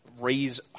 raise